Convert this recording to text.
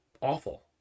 awful